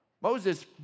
Moses